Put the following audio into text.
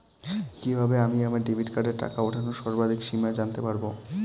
কিভাবে আমি আমার ডেবিট কার্ডের টাকা ওঠানোর সর্বাধিক সীমা জানতে পারব?